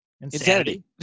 insanity